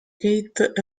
keith